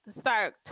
start